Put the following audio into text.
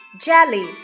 jelly